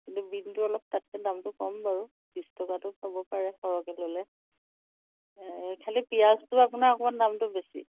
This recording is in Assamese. কিন্তু বীনটো অলপ তাতকে দামটো কম বাৰু বিছ টকাটো পাব পাৰে সৰহকৈ ল'লে খালী পিঁয়াজটো আপোনাৰ অকণমান দামটো বেছি